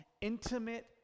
intimate